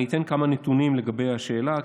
אני אתן כמה נתונים לגבי השאלה,